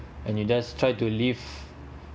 and you just try to live